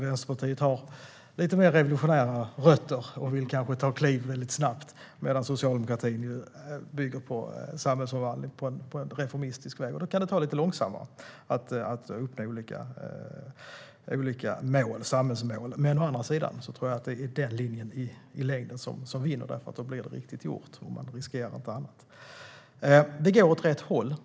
Vänsterpartiet har lite mer revolutionära rötter och vill kanske ta snabba kliv medan socialdemokratin ju bygger på samhällsomvandling på reformistisk väg. Då kan det ta lite längre tid att uppnå olika samhällsmål. Jag tror att det är den linjen som vinner i längden, för då blir det riktigt gjort och man riskerar inte annat. Det går åt rätt håll.